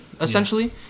essentially